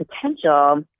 potential